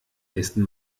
nächsen